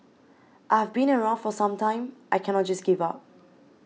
I've been around for some time I cannot just give up